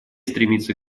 стремится